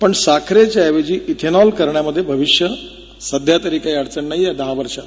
पण साखरेऐवजी इथेनषल करण्यामध्ये भविष्य सध्यातरी काही अडचण नाहीये दहा वर्षात